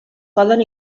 poden